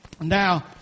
Now